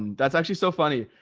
that's actually so funny.